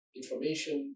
information